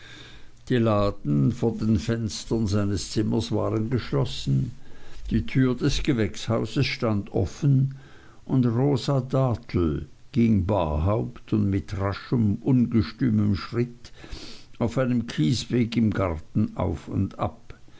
die laden vor den fenstern seines zimmers waren geschlossen die tür des gewächshauses stand offen und rosa dartle ging barhaupt und mit raschem ungestümem schritt auf einem kiesweg im garten auf und ab